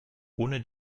ohne